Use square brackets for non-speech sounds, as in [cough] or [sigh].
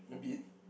a bit [breath]